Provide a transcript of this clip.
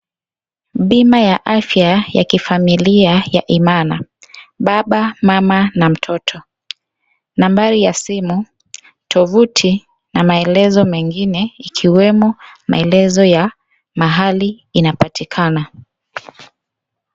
Bima ya afya ya kifamilia ya Imana, baba ,mama na mtoto. Nambari ya simu, tovuti na maelezo mengine ikiwemo maelezo ya mahali inapatikana.